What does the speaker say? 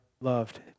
loved